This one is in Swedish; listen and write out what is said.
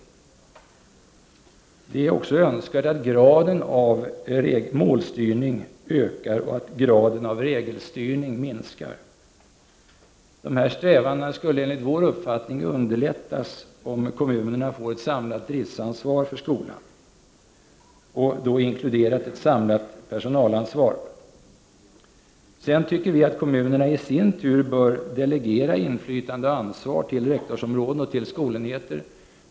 Det är också önskvärt att graden av målstyrning ökar och att graden av regelstyrning minskar. De här strävandena skulle enligt vår uppfattning underlättas om kommunerna får ett samlat driftansvar för skolan. I det inkluderas ett samlat personalansvar. Sedan tycker vi att kommunerna i sin tur bör delegera inflytande och ansvar till rektorsområden och skolenheter.